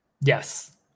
Yes